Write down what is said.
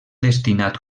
destinat